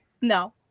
no